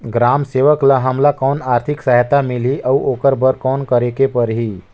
ग्राम सेवक ल हमला कौन आरथिक सहायता मिलही अउ ओकर बर कौन करे के परही?